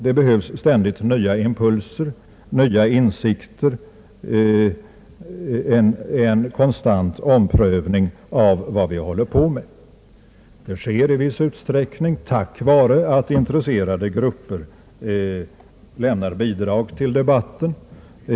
Det behövs ständigt nya impulser, nya insikter, en konstant omprövning av vad vi håller på med. Detta sker i viss utsträckning tack vare att intresserade grupper lämnar bidrag till debatten.